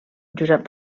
josep